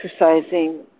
exercising